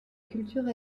culture